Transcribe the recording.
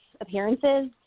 appearances